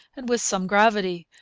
and with some gravity,